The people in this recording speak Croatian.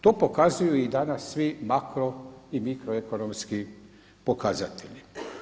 To pokazuju i danas svi makro i mikro ekonomski pokazatelji.